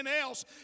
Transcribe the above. else